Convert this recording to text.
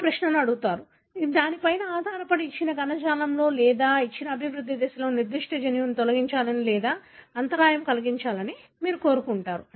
మీరు ఏ ప్రశ్న అడుగుతున్నారనే దానిపై ఆధారపడి ఇచ్చిన కణజాలంలో లేదా ఇచ్చిన అభివృద్ధి దశలో నిర్దిష్ట జన్యువును తొలగించాలని లేదా అంతరాయం కలిగించాలని మీరు కోరుకుంటారు